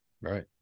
Right